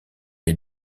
les